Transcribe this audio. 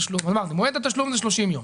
אמרנו: מועד התשלום הוא תוך 30 ימים.